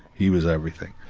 he was everything.